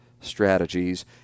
Strategies